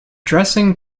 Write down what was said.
dressing